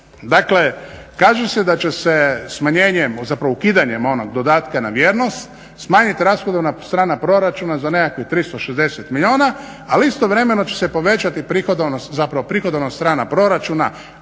Dakle, kaže se da će se smanjenjem zapravo ukidanjem onog dodatka na vjernost smanjit rashodovna strana proračuna za nekakvih 360 milijuna ali istovremeno će se povećati zapravo prihodovna strana proračuna